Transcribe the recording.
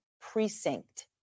precinct